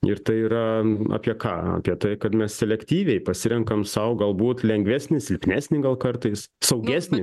ir tai yra apie ką apie tai kad mes selektyviai pasirenkam sau galbūt lengvesnį silpnesnį gal kartais saugesnį